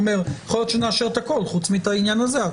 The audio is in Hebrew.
יכול להיות שנאשר את הכל חוץ מהעניין הזה עד